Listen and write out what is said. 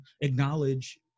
acknowledge